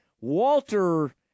Walter –